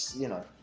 you know.